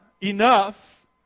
enough